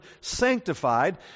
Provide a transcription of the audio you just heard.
sanctified